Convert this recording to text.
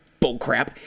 bullcrap